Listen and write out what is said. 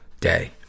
day